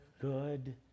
good